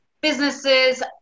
businesses